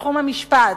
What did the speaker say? בתחום המשפט,